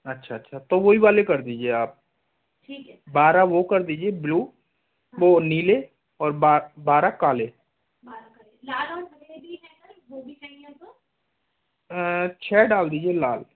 अच्छा अच्छा तो वहीं वाले कर दीजिए आप बारह वो कर दीजिए ब्लू वो नीले और बारह काले छः डाल दीजिए लाल